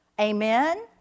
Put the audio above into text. amen